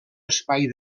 espai